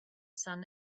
sun